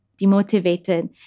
demotivated